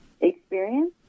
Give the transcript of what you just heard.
experience